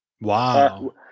Wow